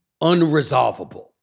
unresolvable